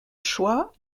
choix